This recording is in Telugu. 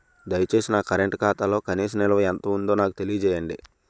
దయచేసి నా కరెంట్ ఖాతాలో కనీస నిల్వ ఎంత ఉందో నాకు తెలియజేయండి